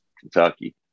Kentucky